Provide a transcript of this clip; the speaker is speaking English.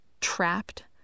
trapped